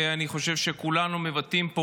אני חושב שכולנו מבטאים פה,